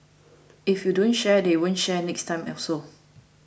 if you don't share they won't share next time also